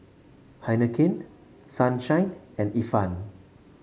Heinekein Sunshine and Ifan